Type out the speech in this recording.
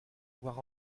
war